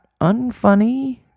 unfunny